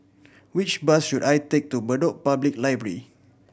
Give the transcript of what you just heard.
which bus should I take to Bedok Public Library